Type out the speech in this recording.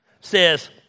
says